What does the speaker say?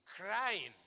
crying